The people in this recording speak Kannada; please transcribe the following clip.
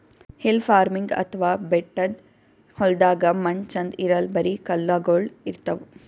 ಹಿಲ್ ಫಾರ್ಮಿನ್ಗ್ ಅಥವಾ ಬೆಟ್ಟದ್ ಹೊಲ್ದಾಗ ಮಣ್ಣ್ ಛಂದ್ ಇರಲ್ಲ್ ಬರಿ ಕಲ್ಲಗೋಳ್ ಇರ್ತವ್